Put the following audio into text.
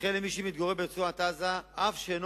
וכן למי שמתגורר ברצועת-עזה אף שאינו